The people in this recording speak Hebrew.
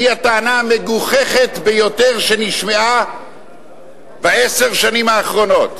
והיא הטענה המגוחכת ביותר שנשמעה בעשר השנים האחרונות: